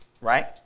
right